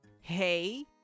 hey